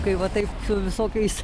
kai va taip su visokiais